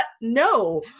no